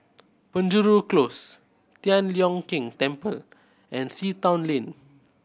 Penjuru Close Tian Leong Keng Temple and Sea Town Lane